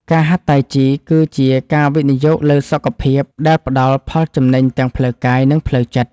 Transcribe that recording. ការហាត់តៃជីគឺជាការវិនិយោគលើសុខភាពដែលផ្ដល់ផលចំណេញទាំងផ្លូវកាយ និងផ្លូវចិត្ត។